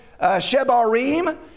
Shebarim